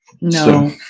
No